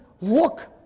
look